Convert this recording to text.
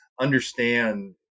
understand